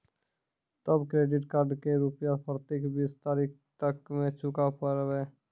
तब credit card के रूपिया प्रतीक बीस तारीख तक मे चुकल पड़ी?